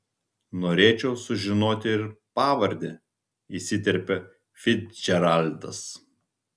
norėčiau sužinoti ir pavardę įsiterpia ficdžeraldas